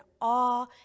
awe